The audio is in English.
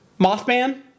Mothman